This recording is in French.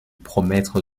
promettre